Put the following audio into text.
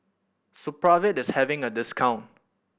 supravit is having a discount